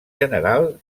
general